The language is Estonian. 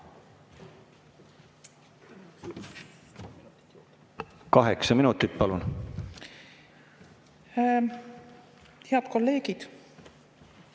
Kaheksa minutit, palun! Head kolleegid!